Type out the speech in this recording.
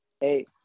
Hey